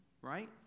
Right